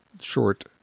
short